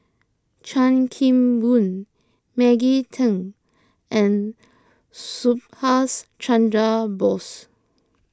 Chan Kim Boon Maggie Teng and Subhas Chandra Bose